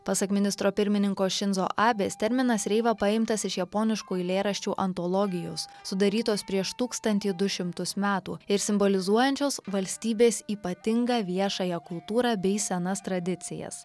pasak ministro pirmininko šinzo abės terminas reiva paimtas iš japoniškų eilėraščių antologijos sudarytos prieš tūkstantį du šimtus metų ir simbolizuojančios valstybės ypatingą viešąją kultūrą bei senas tradicijas